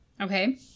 Okay